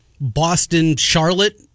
Boston-Charlotte